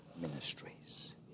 ministries